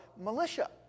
militia